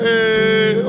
Hey